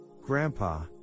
Grandpa